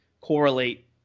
correlate